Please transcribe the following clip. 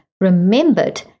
remembered